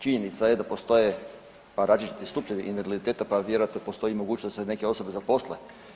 Činjenica je da postoje različiti stupnjevi invaliditeta, pa vjerojatno postoji i mogućnost da se neke osobe zaposle.